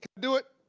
do it?